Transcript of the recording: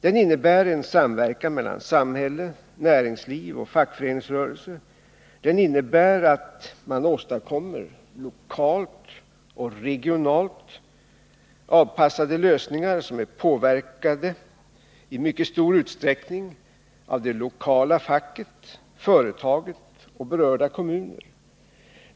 Den innebär en samverkan mellan samhälle, näringsliv och fackföreningsrörelse. Den innebär att man åstadkommer lokalt och regionalt anpassade lösningar som är påverkade i mycket stor utsträckning av det lokala facket, företaget och berörda kommuner.